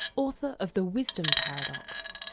author of the wisdom paradox.